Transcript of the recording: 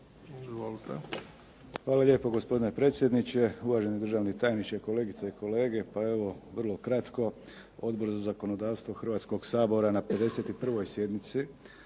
Hvala lijepo, gospodine predsjedniče. Uvaženi državni tajniče, kolegice i kolege. Pa evo vrlo kratko. Odbor za zakonodavstvo Hrvatskoga sabora na 51. sjednici